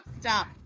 Stop